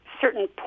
certain